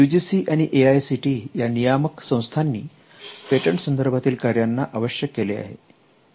you G C आणि A I C T E या नियामक संस्थांनी पेटंट संदर्भातील कार्यांना आवश्यक केले आहे